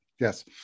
Yes